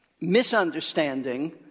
misunderstanding